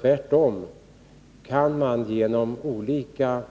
Tvärtom kan man genom olika